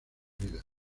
vida